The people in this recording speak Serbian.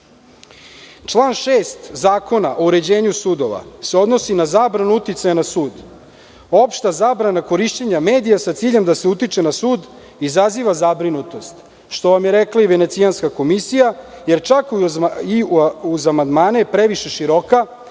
6. Zakona o uređenju sudova se odnosi na zabranu uticaja na sud. Opšta zabrana korišćenja medija sa ciljem da se utiče na sud izaziva zabrinutost, što vam je rekla i Venecijanska komisija, jer čak i uz amandmane je previše široka